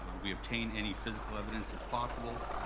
um we obtain any physical evidence as possible.